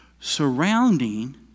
surrounding